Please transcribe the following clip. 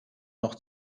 noch